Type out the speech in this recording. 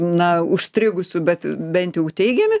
na užstrigusių bet bent jų teigiami